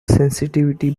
sensitivity